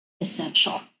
essential